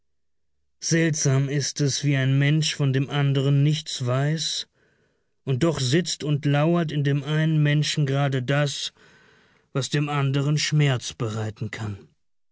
seltsam ist es wie ein mensch von dem anderen nichts weiß und doch sitzt und lauert in dem einen menschen gerade das was dem anderen schmerz bereiten kann